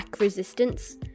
resistance